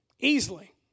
Easily